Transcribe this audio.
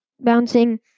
bouncing